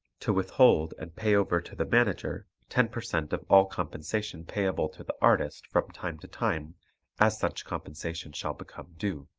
to withhold and pay over to the manager ten per cent of all compensation payable to the artist from time to time as such compensation shall become due.